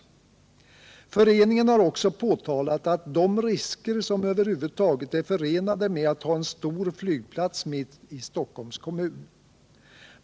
Föreningen har också pekat på de risker som över huvud taget är förenade med att ha en stor flygplats mitt i Stockholms kommun.